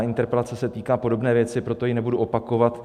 Interpelace se týká podobné věci, proto ji nebudu opakovat.